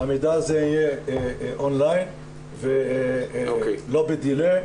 שהמידע הזה יהיה און-ליין ולא בדיליי,